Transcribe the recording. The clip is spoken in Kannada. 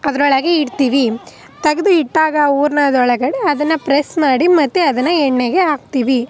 ಅದರೊಳಗೆ ಇಡ್ತೀವಿ ತೆಗೆದು ಇಟ್ಟಾಗ ಹೂರಣದೊಳಗಡೆ ಅದನ್ನು ಪ್ರೆಸ್ ಮಾಡಿ ಮತ್ತೆ ಅದನ್ನು ಎಣ್ಣೆಗೆ ಹಾಕ್ತೀವಿ